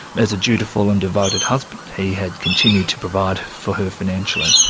as a dutiful and devoted husband, he had continued to provide for her financially.